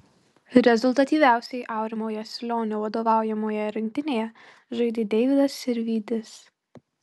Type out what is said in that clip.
rezultatyviausiai aurimo jasilionio vadovaujamoje rinktinėje žaidė deividas sirvydis